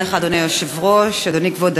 אדוני היושב-ראש, תודה רבה לך, אדוני כבוד השר,